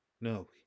No